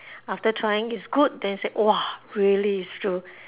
after trying it's good then you say !wah! really it's true